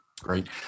Great